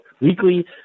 weekly